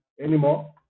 anymore